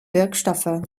wirkstoffe